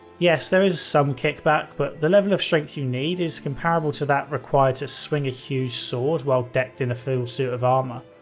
yes, there's some kickback, but the level of strength you need is comparable to that required to swing a huge sword while decked out in a full suit of armor.